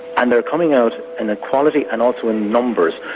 and they're coming out in the quality and also in numbers,